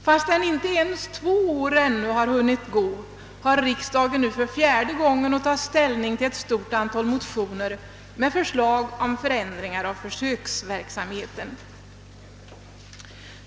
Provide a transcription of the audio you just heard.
Fastän inte ens två år ännu hunnit gå har riksdagen nu att för fjärde gången ta ställning till ett stort antal motioner med förslag om förändringar av försöksverksamheten.